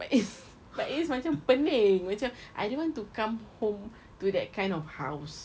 but it's but it's macam pening macam I don't want to come home to that kind of house